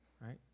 right